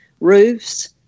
roofs